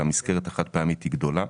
המסגרת החד-פעמית היא גדולה.